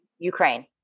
Ukraine